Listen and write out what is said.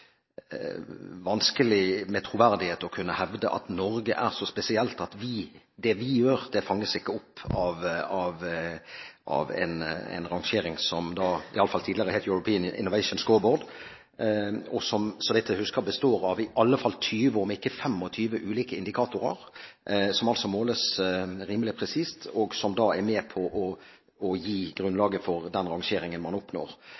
vanskelig med troverdighet å kunne hevde at Norge er så spesielt at det vi gjør, ikke fanges opp av en rangering som European Innovation Scoreboard, og som, så vidt jeg husker, består av i alle fall 20, om ikke 25, ulike indikatorer som måles rimelig presist, og som da er med på å gi grunnlaget for den rangeringen man oppnår.